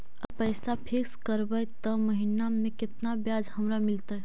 अगर पैसा फिक्स करबै त महिना मे केतना ब्याज हमरा मिलतै?